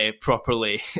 properly